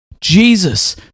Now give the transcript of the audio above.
Jesus